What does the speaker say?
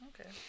Okay